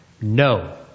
No